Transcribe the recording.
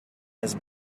his